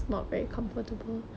oh